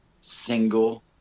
single